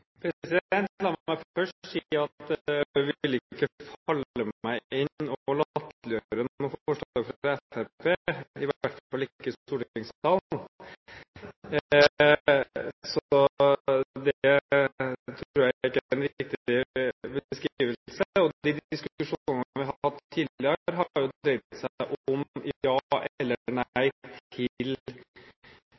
La meg først si at det ville ikke falle meg inn å latterliggjøre noe forslag fra Fremskrittspartiet, i hvert fall ikke i stortingssalen. Så det tror jeg ikke er en riktig beskrivelse. Og de diskusjonene vi har hatt tidligere, har jo dreid seg